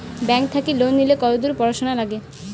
Bank থাকি loan নিলে কতদূর পড়াশুনা নাগে?